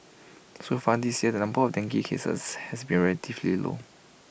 so far this year the number of dengue cases has been relatively low